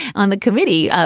on the committee. ah